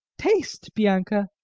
taste, bianca.